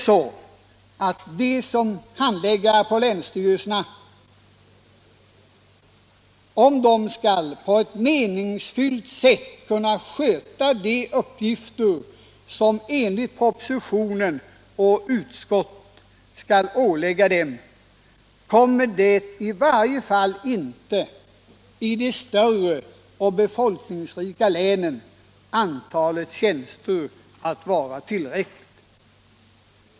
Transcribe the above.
Skall dessa handläggare vid länsstyrelserna på ett meningsfullt sätt kunna sköta de uppgifter som enligt propositionen och utskottet skall åligga dem, kommer antalet tjänster inte att vara tillräckligt, i varje fall inte i de större och befolkningsrika länen.